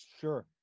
Sure